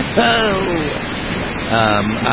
though yeah. um